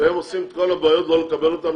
והם עושים את כל הבעיות לא לקבל אותם,